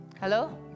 Hello